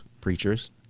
preachers